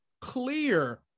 clear